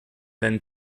than